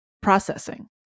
processing